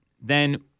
Then-